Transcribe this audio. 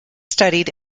studied